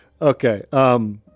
Okay